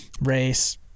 race